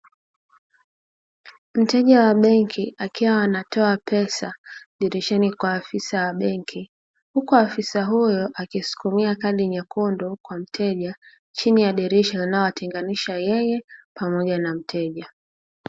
Mteja wa benki akiwa anatoa pesa dirishani kwa afisa wa benki, huku afisa huyo akisukumia kadi nyekundu kwa mteja, chini ya dirisha linalomtenganisha yeye, pamoja na mteja.